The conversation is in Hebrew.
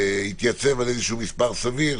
יתייצב על איזשהו מס' סביר.